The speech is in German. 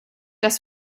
dass